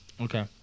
Okay